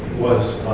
was